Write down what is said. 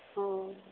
ᱦᱳᱭ